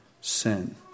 sin